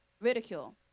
ridicule